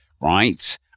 Right